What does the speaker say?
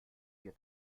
wir